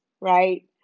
right